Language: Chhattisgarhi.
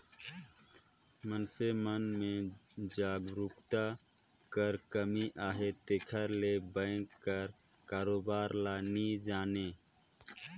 मइनसे मन में जागरूकता कर कमी अहे तेकर ले बेंक कर कारोबार ल नी जानें